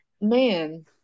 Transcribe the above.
man